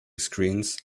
screens